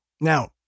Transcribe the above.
Now